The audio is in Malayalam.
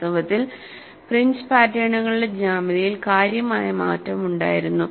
വാസ്തവത്തിൽ ഫ്രിഞ്ച് പാറ്റേണുകളുടെ ജ്യാമിതിയിൽ കാര്യമായ മാറ്റമുണ്ടായിരുന്നു